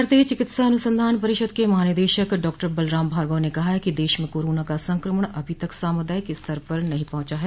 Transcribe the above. भारतीय चिकित्सा अनुसंधान परिषद के महानिदेशक डॉक्टर बलराम भार्गव ने कहा है कि देश में कोरोना का संक्रमण अभी तक सामुदायिक स्तर पर नहीं पहुंचा है